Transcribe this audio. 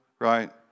right